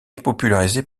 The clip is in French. popularisée